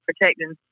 protecting